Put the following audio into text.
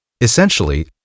Essentially